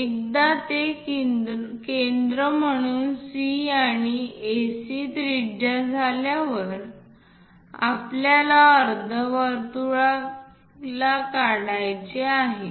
एकदा ते केंद्र म्हणून C आणि AC त्रिज्या झाल्यावर आपल्याला अर्धवर्तुळा काढावे लागेल